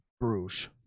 Bruges